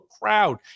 crowd